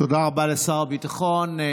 תודה רבה לשר הביטחון.